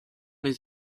les